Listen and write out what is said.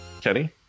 Kenny